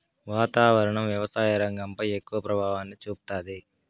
వాతావరణం వ్యవసాయ రంగంపై ఎక్కువ ప్రభావాన్ని చూపుతాది